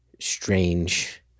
strange